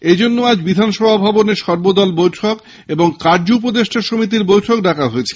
এজন্য আজ বিধানসভাভবনে সর্বদল বৈঠক ও কার্য উপদেষ্টা সমিতির বৈঠক ডাকা হয়েছে